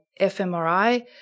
fMRI